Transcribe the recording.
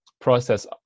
process